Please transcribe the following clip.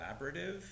collaborative